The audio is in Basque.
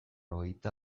hogeita